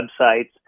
websites